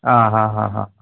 हा हा हा